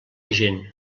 gent